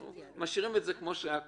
אנחנו משאירים כמו שהיה קודם.